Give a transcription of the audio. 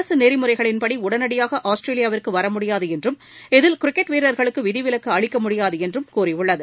அரசு நெறிமுறைகளின்படி உடனடியாக ஆஸ்திரேலியாவுக்கு வரமுடியாது என்றும் இதில் கிரிக்கெட் வீரர்களுக்கு விதி விலக்கு அளிக்க முடியாது என்றும் கூறியுள்ளது